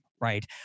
right